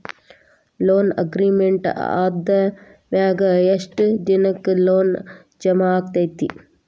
Loan agreement ಆದಮ್ಯಾಗ ಯೆಷ್ಟ್ ದಿನಕ್ಕ ಲೊನ್ ಜಮಾ ಆಕ್ಕೇತಿ?